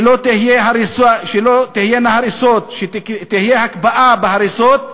שלא תהיינה הריסות, שתהיה הקפאה בהריסות.